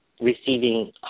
receiving